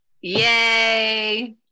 Yay